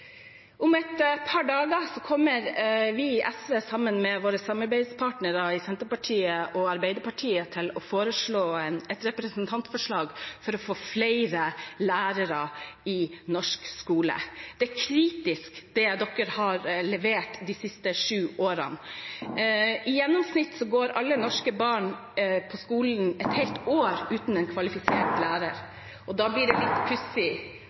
Om et par dager kommer vi i SV sammen med våre samarbeidspartnere i Senterpartiet og Arbeiderpartiet med et representantforslag for å flere lærere i norsk skole. Det er kritisk det dere har levert de siste sju årene. I gjennomsnitt går alle norske barn på skolen et helt år uten en kvalifisert lærer, og da blir det litt pussig